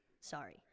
Sorry